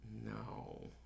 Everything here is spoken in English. No